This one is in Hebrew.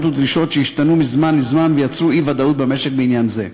ודרישות שהשתנו מזמן לזמן ויצרו אי-ודאות במשק בעניין זה.